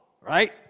right